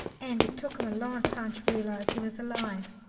and it took him a long time to realise he was alive.